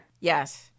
Yes